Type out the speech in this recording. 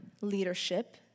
leadership